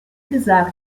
gesagt